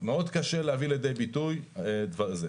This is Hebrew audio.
מאוד קשה להביא לידי ביטוי את הדברים.